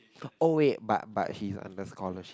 oh wait but but he under scholarship